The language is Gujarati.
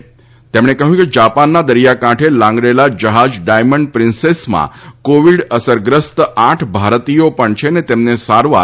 જો અવકાશ હશે જાપાનના દરિયાકાંઠે લાંગરેલા જહાજ ડાયમંડ પ્રિન્સેસમાં કોવિડ અસરગ્રસ્ત આઠ ભારતીય પણ છે તેમને સારવાર